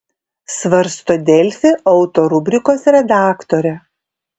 svarsto delfi auto rubrikos redaktorė